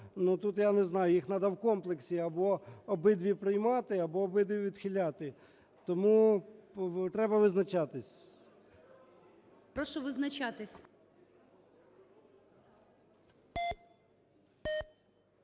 тут, я не знаю, їх надо в комплексі або обидві приймати, або обидві відхиляти. Тому треба визначатись. ГОЛОВУЮЧИЙ. Прошу визначатись.